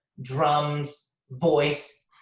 drums, voice,